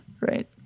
Right